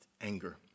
anger